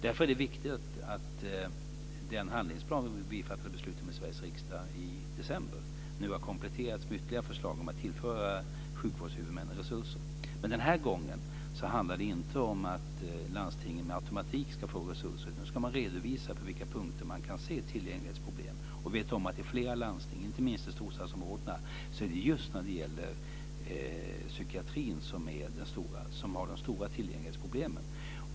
Därför är det viktigt att den handlingsplan som vi fattade beslut om i Sveriges riksdag i december nu har kompletterats med ytterligare förslag om att tillföra sjukvårdshuvudmännen resurser. Men den här gången handlar det inte om att landstingen med automatik ska få resurser, utan nu ska de få redovisa på vilka punkter de kan se tillgänglighetsproblem. Vi vet att det i flera landsting, inte minst i storstadsområdena, är just psykiatrin som har de stora tillgänglighetsproblemen.